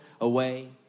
away